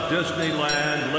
Disneyland